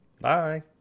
Bye